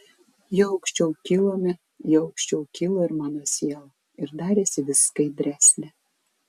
juo aukščiau kilome juo aukščiau kilo ir mano siela ir darėsi vis skaidresnė